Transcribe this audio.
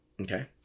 Okay